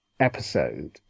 episode